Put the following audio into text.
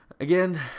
Again